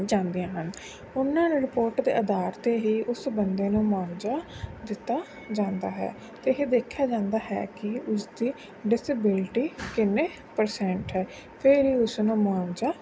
ਜਾਂਦੀਆਂ ਹਨ ਉਹਨਾਂ ਨੂੰ ਰਿਪੋਰਟ ਦੇ ਆਧਾਰ 'ਤੇ ਹੀ ਉਸ ਬੰਦੇ ਨੂੰ ਮੁਆਵਜ਼ਾ ਦਿੱਤਾ ਜਾਂਦਾ ਹੈ ਅਤੇ ਇਹ ਦੇਖਿਆ ਜਾਂਦਾ ਹੈ ਕਿ ਉਸਦੀ ਡਿਸਬਿਲਟੀ ਕਿੰਨੇ ਪਰਸੈਂਟ ਹੈ ਫਿਰ ਹੀ ਉਸਨੂੰ ਮੁਆਵਜ਼ਾ